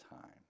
time